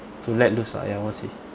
to let loose ah ya I would say